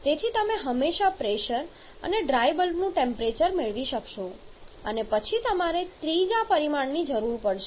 તેથી તમે હંમેશા પ્રેશર અને ડ્રાય બલ્બનું ટેમ્પરેચર મેળવી શકશો અને પછી તમારે ત્રીજા પરિમાણની જરૂર પડશે